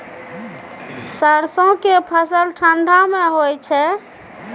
सरसो के फसल ठंडा मे होय छै?